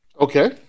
Okay